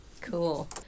Cool